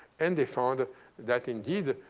and they found that, indeed,